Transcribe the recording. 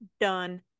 Done